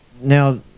Now